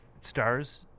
stars